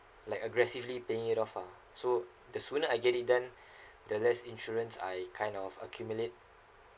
like aggressively paying it off ah so the sooner I get it done the less insurance I kind of accumulate